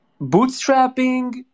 bootstrapping